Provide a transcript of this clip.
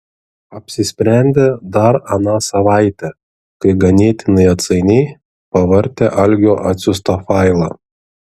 apsisprendė dar aną savaitę kai ganėtinai atsainiai pavartė algio atsiųstą failą